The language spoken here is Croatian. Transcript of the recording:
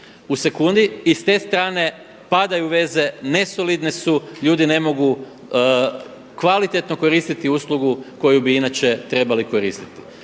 u sekundi. I s te strane padaju veze, nesolidne su, ljudi ne mogu kvalitetno koristiti uslugu koju bi inače trebali koristiti.